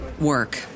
work